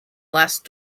last